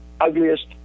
ugliest